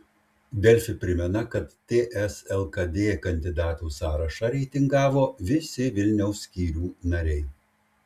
delfi primena kad ts lkd kandidatų sąrašą reitingavo visi vilniaus skyrių nariai